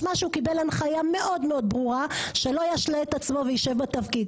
משמע שהוא קיבל הנחייה ברורה מאוד שלא ישלה את עצמו וישב בתפקיד?